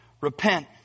repent